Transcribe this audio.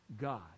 God